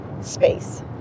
space